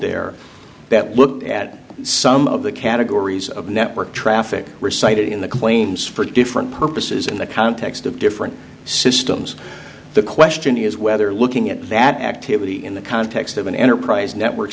there that looked at some of the categories of network traffic recited in the claims for different purposes in the context of different systems the question is whether looking at that activity in the context of an enterprise network